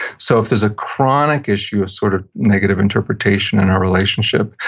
so, if there's a chronic issue of sort of negative interpretation in our relationship,